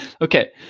Okay